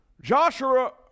Joshua